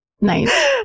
Nice